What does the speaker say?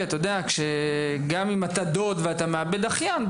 גם אם אתה דוד ואתה מאבד אחיין,